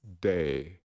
day